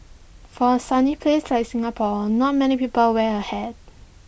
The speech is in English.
for A sunny place like Singapore not many people wear A hat